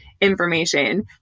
information